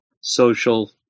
social